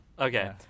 Okay